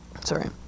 sorry